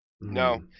No